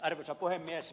arvoisa puhemies